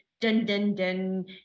dun-dun-dun